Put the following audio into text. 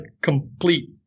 complete